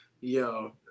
yo